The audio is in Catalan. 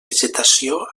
vegetació